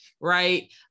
right